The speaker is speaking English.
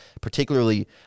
particularly